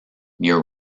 near